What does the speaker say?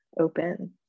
open